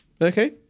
Okay